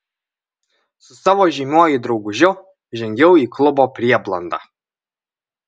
su savo žymiuoju draugužiu žengiau į klubo prieblandą